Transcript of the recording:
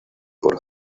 por